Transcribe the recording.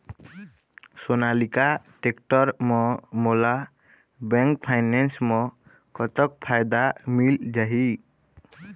Sonalika tractor म मोला bank finance म कतक फायदा मिल जाही?